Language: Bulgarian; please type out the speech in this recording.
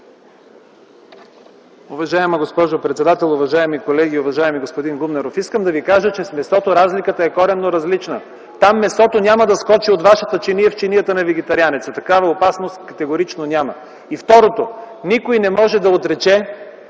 Уважаема госпожо председател, уважаеми колеги! Уважаеми господин Гумнеров, искам да Ви кажа, че с месото разликата е коренно различна. Там месото няма да скочи от Вашата чиния в чинията на вегетарианеца. Такава опасност категорично няма. И второ, никой не може да отрече,